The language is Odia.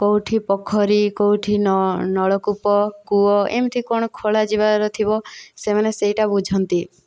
କେଉଁଠି ପୋଖରୀ କେଉଁଠି ନଳକୂପ କୂଅ ଏମିତି କ'ଣ ଖୋଳାଯିବାର ଥିବ ସେମାନେ ସେଇଟା ବୁଝନ୍ତି